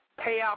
payout